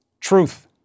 Truth